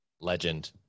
legend